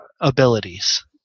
abilities